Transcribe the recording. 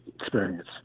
experience